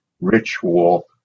ritual